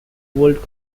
world